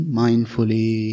mindfully